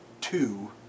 two